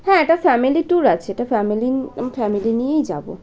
হ্যাঁ এটা family tour আছে এটা ফ্যামিলি ফ্যামিলি নিয়েই যাবো